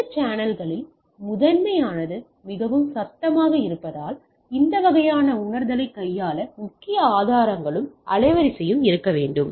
இந்த சேனல்களில் முதன்மையானது மிகவும் சத்தமாக இருப்பதால் இந்த வகையான உணர்தலைக் கையாள முக்கிய ஆதாரங்களும் அலைவரிசையும் இருக்க வேண்டும்